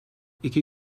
iki